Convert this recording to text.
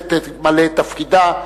הכנסת תמלא את תפקידה.